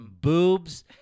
boobs